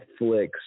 Netflix